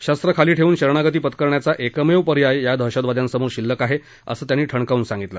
शस्त्र खाली ठेवून शरणागती पत्करण्याचा एकमेव पर्याय या दहशतवाद्यांसमोर शिल्लक आहे असं त्यांनी ठासून सांगितलं